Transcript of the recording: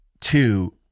two